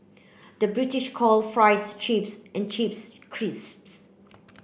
the British calls fries chips and chips crisps